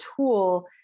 tool